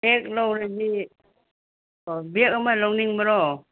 bag ꯂꯧꯔꯗꯤ ꯑꯣ bag ꯑꯃ ꯂꯧꯅꯤꯡꯕꯔꯣ